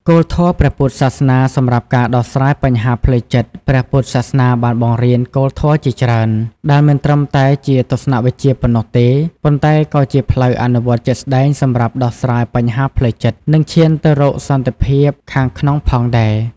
គោលធម៌ព្រះពុទ្ធសាសនាសម្រាប់ការដោះស្រាយបញ្ហាផ្លូវចិត្ត ព្រះពុទ្ធសាសនាបានបង្រៀនគោលធម៌ជាច្រើន ដែលមិនត្រឹមតែជាទស្សនវិជ្ជាប៉ុណ្ណោះទេ ប៉ុន្តែក៏ជាផ្លូវអនុវត្តជាក់ស្តែងសម្រាប់ដោះស្រាយបញ្ហាផ្លូវចិត្ត និងឈានទៅរកសន្តិភាពខាងក្នុងផងដែរ។